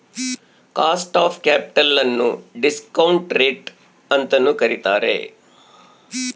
cost of capital ನ್ನು discount rate ಅಂತನು ಕರಿತಾರೆ